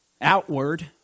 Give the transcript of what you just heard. outward